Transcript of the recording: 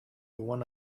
one